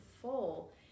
full